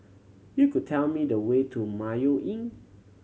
you could tell me the way to Mayo Inn